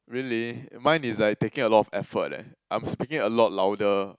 really mine is like taking a lot of effort eh I am speaking a lot louder